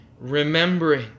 remembering